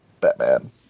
Batman